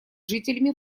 жителями